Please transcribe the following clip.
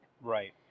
Right